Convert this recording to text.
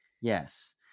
Yes